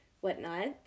whatnot